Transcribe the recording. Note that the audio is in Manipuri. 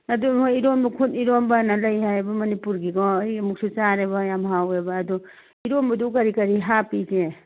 ꯑꯗꯨ ꯅꯣꯏ ꯏꯔꯣꯟꯕ ꯈꯨꯠ ꯏꯔꯣꯟꯕꯅ ꯂꯩ ꯍꯥꯏꯌꯦꯕ ꯃꯅꯤꯄꯨꯔꯒꯤꯀꯣ ꯑꯩ ꯑꯃꯨꯛꯁꯨ ꯆꯥꯔꯦꯕ ꯌꯥꯝ ꯍꯥꯎꯋꯦꯕ ꯑꯗꯨ ꯏꯔꯣꯟꯕꯗꯨ ꯀꯔꯤ ꯀꯔꯤ ꯍꯥꯞꯄꯤꯒꯦ